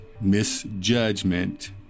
misjudgment